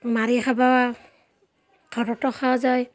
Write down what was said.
মাৰি খাব ঘৰতো খোৱা যায়